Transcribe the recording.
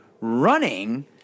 running